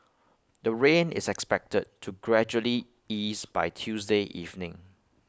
the rain is expected to gradually ease by Tuesday evening